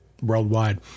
worldwide